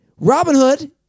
Robinhood